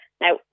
Now